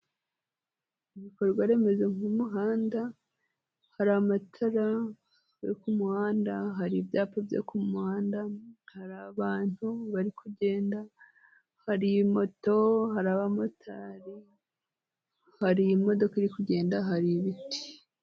Ibikorwa remezo nk'umuhanda, hari amatara yo ku muhanda, hari ibyapa byo ku muhanda, hari abantu bari kugenda, hari moto, hari abamotari, hari imodoka iri kugenda, hari ibiti.